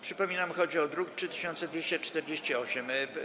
Przypominam, że chodzi o druk nr 3248.